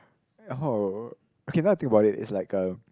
eh how okay now I think about it it's like uh